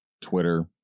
Twitter